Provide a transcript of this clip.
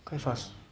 quite fast